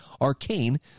Arcane